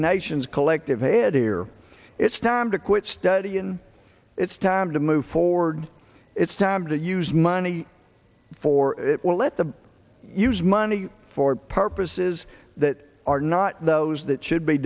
nation's collective head here it's time to quit study and it's time to move forward it's time to use money for it we'll let the use money for purposes that are not those that should be